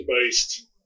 based